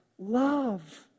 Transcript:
Love